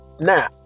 Now